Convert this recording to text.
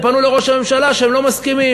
הם פנו לראש הממשלה שהם לא מסכימים.